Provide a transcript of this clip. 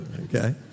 Okay